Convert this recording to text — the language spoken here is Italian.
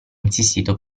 insistito